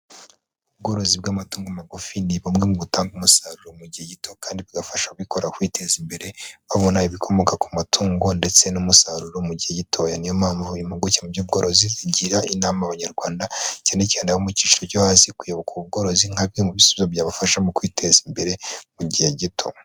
Ubworozi bw'amatungo magufi ni bumwe mu butanga umusaruro mu gihe gito kandi bugafasha abikorera kwiteza imbere, babona ibikomoka ku matungo ndetse n'umusaruro mu gihe gitoya, niyo mpamvu impuguke mu by'ubworozi zigira inama abanyarwanda cyane cyane abo mu cyiciro cyo hasi kuyoboka ubu bworozi nka bimwe mu bisubizo byabafasha mu kwiteza imbere mu gihe gito.